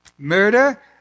Murder